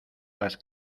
las